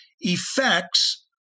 effects